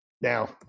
now